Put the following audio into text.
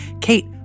Kate